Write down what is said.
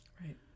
Right